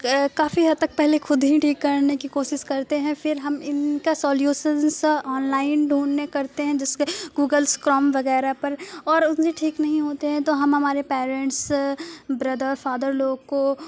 کافی حد تک پہلے خود ہی ٹھیک کرنے کی کوشش کرتے ہیں پھر ہم ان کا سلیوشنس آنلائن ڈھونڈنے کرتے ہیں جس کہ گوگلس کروم وغیرہ پر اور ان سے ٹھیک نہیں ہوتے ہیں تو ہمارے پیرنٹس بردر فادر لوگ کو